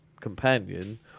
companion